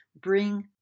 bring